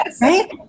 Right